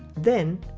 then,